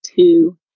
two